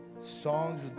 songs